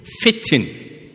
fitting